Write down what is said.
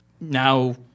now